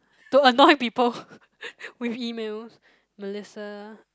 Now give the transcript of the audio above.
don't annoy people with emails Melissa